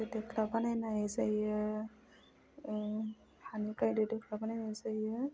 दो दोख्ला बानायनाय जायो हानि जायो